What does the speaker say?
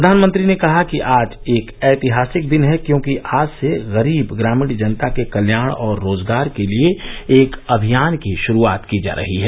प्रघानमंत्री ने कहा कि आज एक ऐतिहासिक दिन है क्योंकि आज से गरीब ग्रामीण जनता के कल्याण और रोजगार के लिए एक व्यापक अभियान की शुरूआत की जा रही है